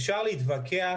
אפשר להתווכח